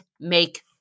make